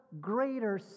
greater